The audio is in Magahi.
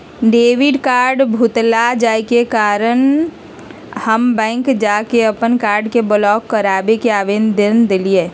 डेबिट कार्ड भुतला जाय के कारण आइ हम बैंक जा कऽ अप्पन कार्ड के ब्लॉक कराबे के आवेदन देलियइ